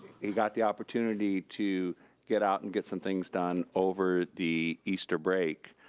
he got the opportunity to get out and get some things done over the easter break,